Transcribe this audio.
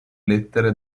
lettere